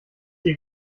ihr